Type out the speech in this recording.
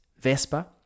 Vespa